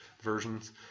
versions